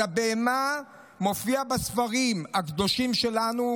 אז הבהמה מופיעה בספרים הקדושים שלנו,